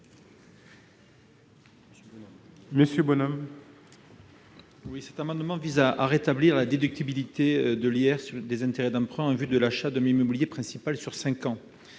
Monsieur Bonhomme,